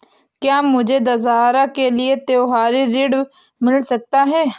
क्या मुझे दशहरा के लिए त्योहारी ऋण मिल सकता है?